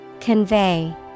Convey